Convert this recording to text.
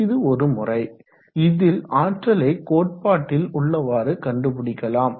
இது ஒருமுறை இதில் ஆற்லை கோட்பாட்டில் உள்ளவாறு கண்டுபிடிக்கலாம்